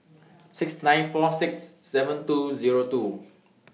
six nine four six seven two Zero two